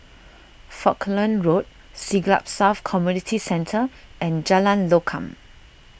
Falkland Road Siglap South Community Centre and Jalan Lokam